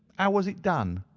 how was it done?